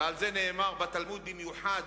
ועל זה נאמר בתלמוד במיוחד: